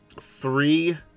three